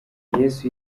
yesu